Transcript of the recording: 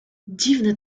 dziwny